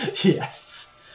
Yes